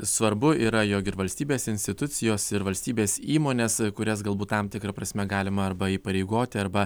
svarbu yra jog ir valstybės institucijos ir valstybės įmonės kurias galbūt tam tikra prasme galima arba įpareigoti arba